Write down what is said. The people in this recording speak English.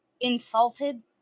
insulted